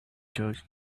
church